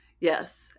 Yes